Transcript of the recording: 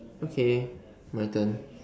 okay my turn